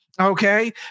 okay